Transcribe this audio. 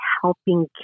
helping